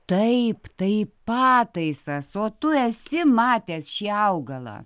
taip tai pataisas o tu esi matęs šį augalą